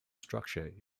structure